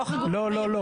לא,